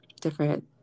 different